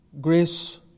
grace